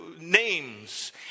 names